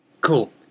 Cool